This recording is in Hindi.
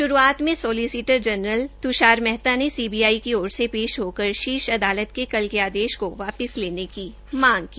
शुरूआत में सोलिसिटर जनरल तुषार मेहता ने सीबीआई की ओर से पेश होकर शीर्ष अदालत के कल के आदेश को वापिस लेने की मांग की